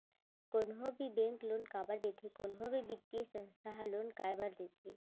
कोनो भी bank loan काबर देथे कोनो भी बित्तीय संस्था ह लोन काय बर देथे?